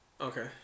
Okay